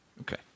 Okay